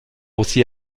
aussi